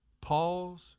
pause